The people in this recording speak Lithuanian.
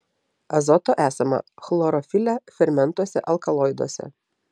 azoto esama chlorofile fermentuose alkaloiduose